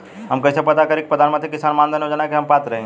हम कइसे पता करी कि प्रधान मंत्री किसान मानधन योजना के हम पात्र हई?